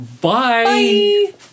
bye